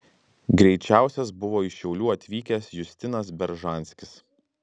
greičiausias buvo iš šiaulių atvykęs justinas beržanskis